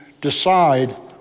decide